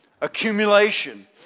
accumulation